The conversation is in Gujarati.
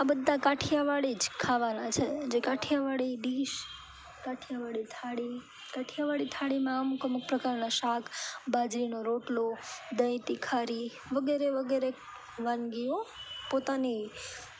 આ બધા કાઠિયાવાડી જ ખાવાના છે જે કાઠિયાવાડી ડીશ કાઠિયાવાડી થાળી કાઠિયાવાડી થાળીમાં અમુક અમુક પ્રકારના શાક બાજરીનો રોટલો દહીં તીખારી વગેરે વગેરે વાનગીઓ પોતાની જાતે